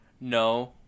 No